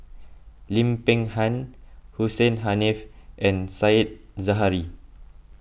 Lim Peng Han Hussein Haniff and Said Zahari